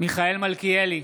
מיכאל מלכיאלי,